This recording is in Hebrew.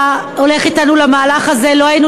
שאילולא הלך אתנו למהלך הזה לא היינו